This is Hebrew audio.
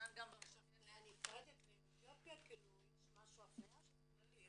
יש הפנייה או שזה כללי?